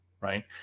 Right